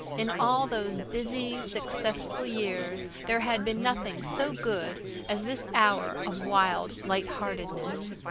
in all those busy, successful years there had been nothing so good as this hour of wild light-heartedness.